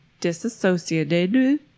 Disassociated